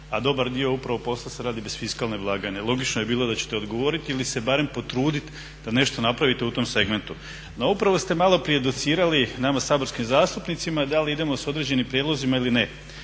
a dobar dio upravo posla se radi bez fiskalne blagajne. Logično je bilo da ćete odgovoriti ili se barem potruditi da nešto napravite u tom segmentu. No upravo ste malo prije docirali nama saborskim zastupnicima da li idemo sa određenim prijedlozima ili ne.